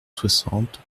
soixante